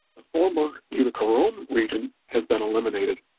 the former utica-rome region has been eliminated,